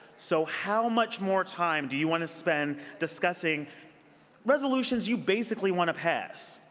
so how much more time do you want to spend discussing resolutions you basically want to pass?